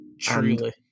Truly